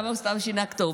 למה הוא סתם שינה כתובת?